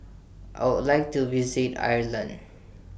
I Would like to visit Ireland